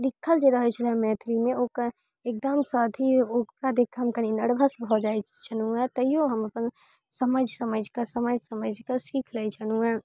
लीखल जे रहैत छलैया मैथिलीमे ओकर एकदमसँ अथी ओकरा देखिके हम कनी नर्वस भऽ जाइत छलहुँ हँ तैयो हम अपन समझि समझिके समझि समझि सीख लै छलहुँ हँ